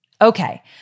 Okay